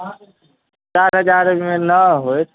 चारि हजारमे ना होइत